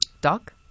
Doc